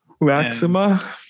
maxima